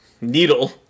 needle